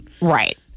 Right